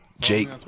Jake